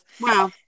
Wow